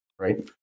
right